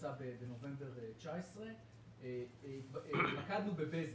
שיצא בנובמבר 2019 התמקדנו בבזק.